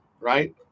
right